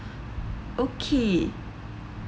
okay